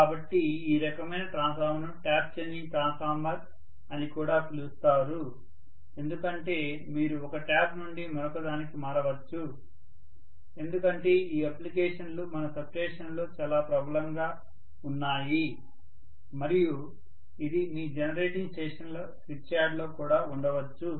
కాబట్టి ఈ రకమైన ట్రాన్స్ఫార్మర్ను ట్యాప్ చేంజింగ్ ట్రాన్స్ఫార్మర్ అని కూడా పిలుస్తారు ఎందుకంటే మీరు ఒక ట్యాప్ నుండి మరొకదానికి మారవచ్చు ఎందుకంటే ఈ అప్లికేషన్లు మన సబ్స్టేషన్లలో చాలా ప్రబలంగా ఉన్నాయి మరియు ఇది మీ జనరేటింగ్ స్టేషన్ల స్విచ్ యార్డ్ లో కూడా ఉండవచ్చు